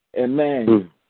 Amen